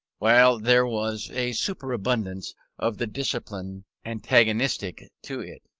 while there was a superabundance of the discipline antagonistic to it,